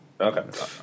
okay